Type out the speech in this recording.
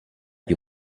più